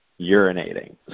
urinating